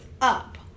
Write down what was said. up